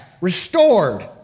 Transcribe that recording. restored